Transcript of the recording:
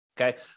Okay